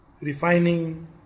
Refining